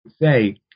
say